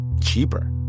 cheaper